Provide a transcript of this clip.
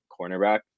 cornerback